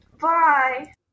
Bye